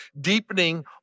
deepening